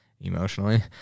emotionally